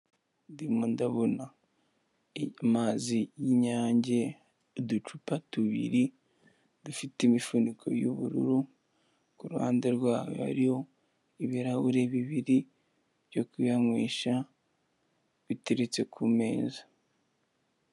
Ndimo ndabona amazi y'ininyange uducupa tubiri dufite imifuniko y'ubururu kuruhande rwayo hariho ibirahuri bibiri byo kuyanywesha biteretse ku ameza.